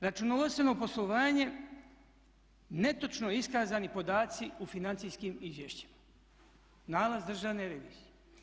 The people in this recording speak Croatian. Računovodstveno poslovanje netočno iskazani podaci u financijskim izvješćima, nalaz Državne revizije.